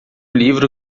livro